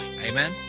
Amen